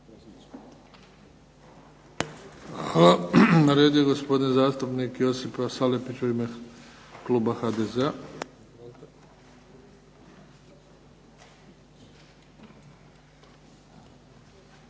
Hvala. Na redu je gospodin zastupnik Josip Salapić u ime kluba HDZ-a.